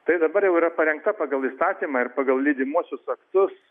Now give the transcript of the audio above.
tai dabar jau yra parengta pagal įstatymą ir pagal lydimuosius aktus